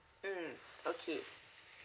mm okay